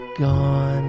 gone